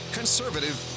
conservative